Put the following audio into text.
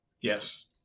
Yes